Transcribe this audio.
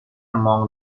among